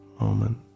moment